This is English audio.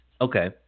Okay